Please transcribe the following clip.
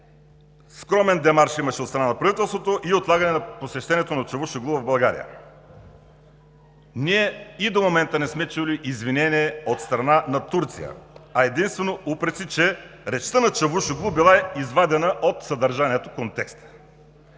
Скромен демарш имаше от страна на правителството и отлагане на посещението на Чавушоглу в България. Ние и до момента не сме чули извинение от страна на Турция, а единствено упреци, че речта на Чавушоглу била извадена от съдържанието – контекста.